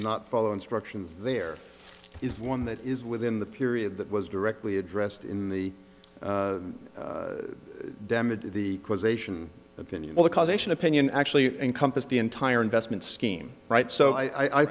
not follow instructions there is one that is within the period that was directly addressed in the damage to the causation opinion of the causation opinion actually encompass the entire investment scheme right so i